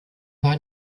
war